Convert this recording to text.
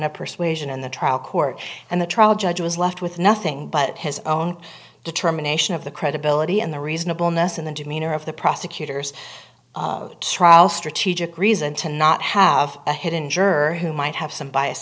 of persuasion in the trial court and the trial judge was left with nothing but his own determination of the credibility and the reasonableness in the demeanor of the prosecutor's trial strategic reason to not have a hidden juror who might have some bias